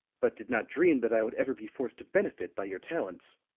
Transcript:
but did not dream that i would ever be forced to benefit by your talents.